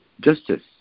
justice